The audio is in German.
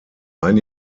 ein